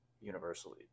universally